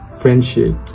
friendship